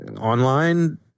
online